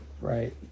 Right